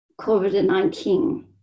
COVID-19